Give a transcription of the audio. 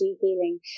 healing